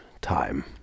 time